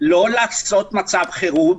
לא לעשות מצב חירום,